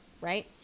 right